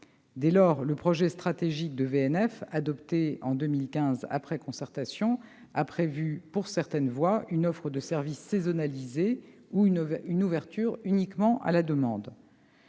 Dès lors, le projet stratégique de VNF, adopté en 2015 après concertation, a prévu, pour certaines voies, une offre de services saisonnalisée ou une ouverture uniquement sur demande.